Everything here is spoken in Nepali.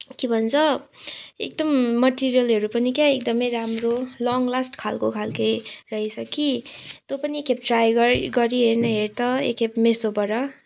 के भन्छ एकदम मेटेरियलहरू पनि क्या एकदमै राम्रो लङ लास्ट खालको खालके रहेछ कि त्यो पनि एकखेप ट्राई गर् गरी हेर् न हेर् त एकखेप मिसोबाट